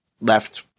left